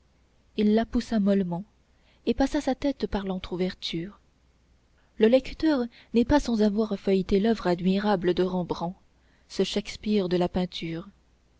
il la poussa mollement et passa sa tête par l'entrouverture le lecteur n'est pas sans avoir feuilleté l'oeuvre admirable de rembrandt ce shakespeare de la peinture